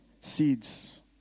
seeds